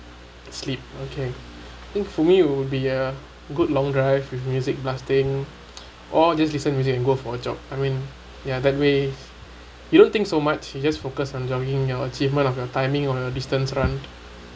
sleep okay think for me would be uh good long drive with music blasting or just listen music and go for a jog I mean ya that way you don't think so much you just focus on joining your achievements of your timing or distance run